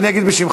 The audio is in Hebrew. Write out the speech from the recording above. אני אגיד בשמך.